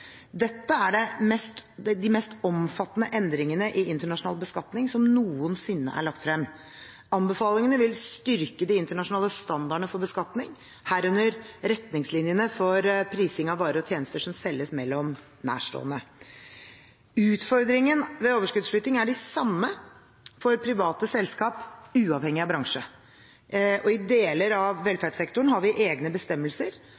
de mest omfattende endringene i internasjonal beskatning som noensinne er lagt frem. Anbefalingene vil styrke de internasjonale standardene for beskatning, herunder retningslinjene for prising av varer og tjenester som selges mellom nærstående. Utfordringene ved overskuddsflytting er de samme for private selskap uavhengig av bransje, og i deler av velferdssektoren har vi egne bestemmelser